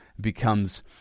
becomes